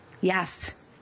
Yes